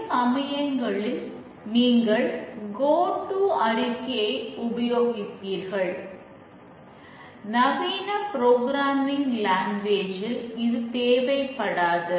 சில சமயங்களில் நீங்கள் கோ ட்டு தேவைப்படும்